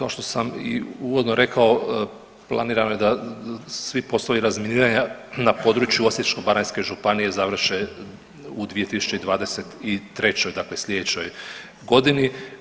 Kao što sam i uvodno rekao planirano je da svi poslovi razminiranja na području Osječko-baranjske županije završe u 2023., dakle slijedećoj godini.